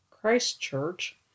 Christchurch